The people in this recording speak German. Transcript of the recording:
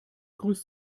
grüßt